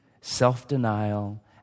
self-denial